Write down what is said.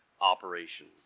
operation